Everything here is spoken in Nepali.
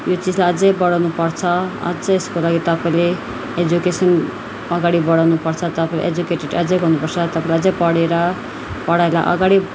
यो चिजलाई अझ बढाउनु पर्छ अझ यसको लागि तपाईँले एजुकेसन अगाडि बढाउनु पर्छ तपाईँ एजुकेटेड अझ गर्नु पर्छ तपाईँले अझ पढेर पढाइलाई अगाडि